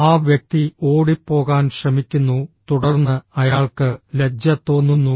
ആ വ്യക്തി ഓടിപ്പോകാൻ ശ്രമിക്കുന്നു തുടർന്ന് അയാൾക്ക് ലജ്ജ തോന്നുന്നു